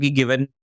given